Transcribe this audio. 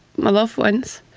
my loved ones,